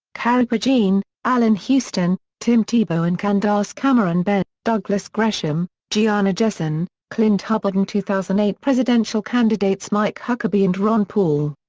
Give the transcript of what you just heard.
carrie prejean, allan houston, tim tebow and candace cameron bure, douglas gresham, gianna jessen, clint hubbard and two thousand and eight presidential candidates mike huckabee and ron paul.